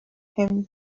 him